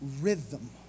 rhythm